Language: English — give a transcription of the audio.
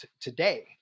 today